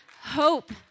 Hope